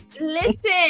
Listen